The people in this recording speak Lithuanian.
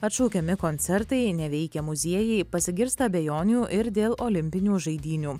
atšaukiami koncertai neveikia muziejai pasigirsta abejonių ir dėl olimpinių žaidynių